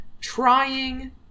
trying